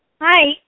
Hi